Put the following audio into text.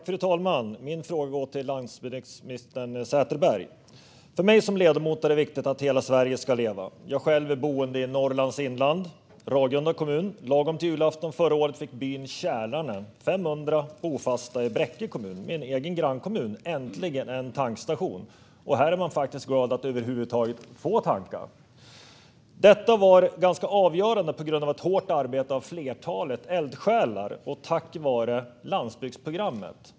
Fru talman! Min fråga går till landsbygdsminister Sätherberg. För mig som ledamot är det viktigt att hela Sverige ska leva. Jag bor i Norrlands inland, i Ragunda kommun. Lagom till julafton förra året fick byn Kälarne med 500 bofasta i Bräcke kommun, granne med min egen kommun, äntligen en tankstation. Här är man glad att över huvud taget få tanka. Detta var, ganska avgörande, tack vare hårt arbete av ett flertal eldsjälar och tack vare landsbygdsprogrammet.